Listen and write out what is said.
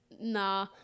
Nah